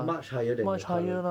much higher than the current